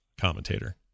commentator